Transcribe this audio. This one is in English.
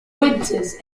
winters